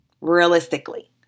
Realistically